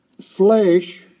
flesh